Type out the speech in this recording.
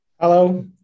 Hello